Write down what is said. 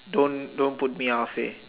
don't don't put me halfway